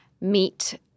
meet